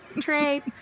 trade